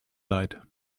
leid